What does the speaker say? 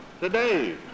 today